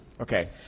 Okay